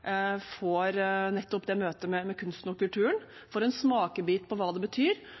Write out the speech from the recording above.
får det møtet med kunsten og kulturen, en smakebit av hva det betyr.